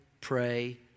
pray